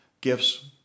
gifts